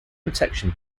protection